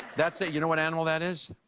that st you know what and that is?